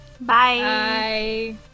Bye